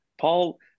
Paul